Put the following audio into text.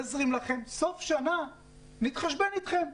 נזרים לכם, בסוף השנה נתחשבן איתכם.